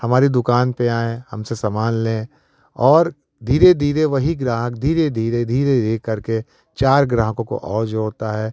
हमारी दुकान पे आएँ हमसे समान लें और धीरे धीरे वही ग्राहक धीरे धीरे धीरे धीरे करके चार ग्राहकों को और जोड़ता है